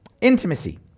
intimacy